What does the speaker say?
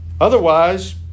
Otherwise